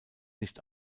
nicht